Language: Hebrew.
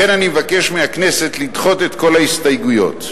לכן, אני מבקש מהכנסת לדחות את כל ההסתייגויות.